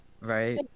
Right